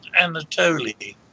Anatoly